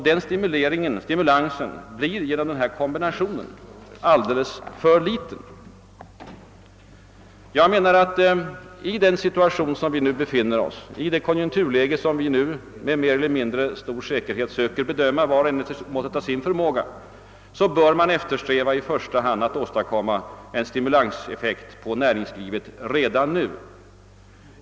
Den stimulansen blir genom den föreslagna kombinationen alldeles för liten. I det konjunkturläge som vi nu befinner oss i och som var och en försöker bedöma efter sin förmåga bör vi i första hand söka stimulera näringslivet redan nu.